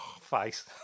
face